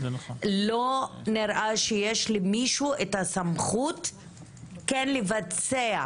לא נראה שיש למישהו את הסמכות כן לבצע